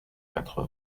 quatre